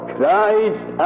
Christ